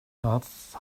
half